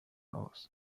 aus